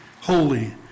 holy